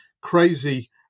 crazy